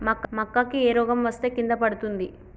మక్కా కి ఏ రోగం వస్తే కింద పడుతుంది?